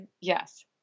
Yes